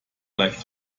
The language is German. leicht